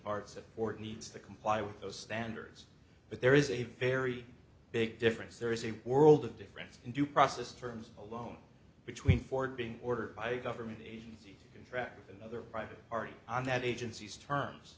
parts of or needs to comply with those standards but there is a very big difference there is a world of difference in due process terms alone between ford being ordered by government agency contract with another private party on that agency's terms